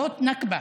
זאת נכבה.